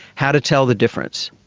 how to tell the difference.